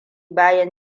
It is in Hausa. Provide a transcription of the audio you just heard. bayan